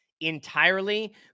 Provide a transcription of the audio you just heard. entirely